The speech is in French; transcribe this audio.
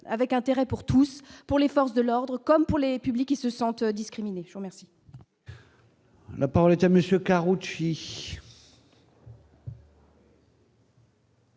avec intérêt pour tous pour les forces de l'ordre, comme pour les publiques qui se sentent discriminés merci. La parole est à monsieur Karoutchi.